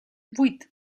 vuit